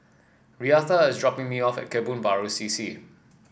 Reatha is dropping me off at Kebun Baru C C